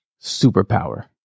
superpower